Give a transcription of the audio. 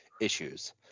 issues